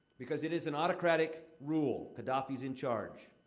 because it is an autocratic rule qaddafi's in charge.